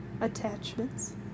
attachments